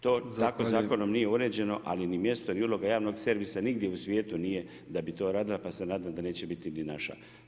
To tako zakonom nije uređeno, ali ni mjesto ni uloga javnog servisa, nigdje u svijetu nije da bi to radila, pa se nadam da neće biti ni naša.